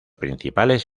principales